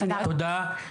תודה רבה.